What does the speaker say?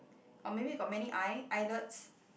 or maybe you got many eye eyelets